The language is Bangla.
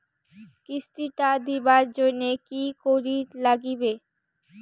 কিস্তি টা দিবার জন্যে কি করির লাগিবে?